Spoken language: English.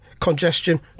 Congestion